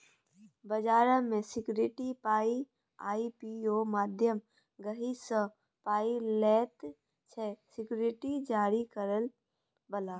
बजार मे सिक्युरिटीक पाइ आइ.पी.ओ माध्यमे गहिंकी सँ पाइ लैत छै सिक्युरिटी जारी करय बला